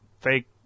fake